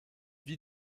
vit